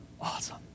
awesome